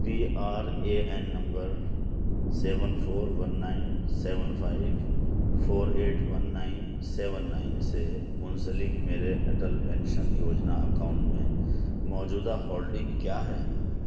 P R A N number seven four one nine seven five four eight one nine seven nine سے منسلک میرے Atal pension Yojana account میں موجودہ holding کیا ہے